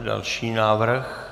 Další návrh?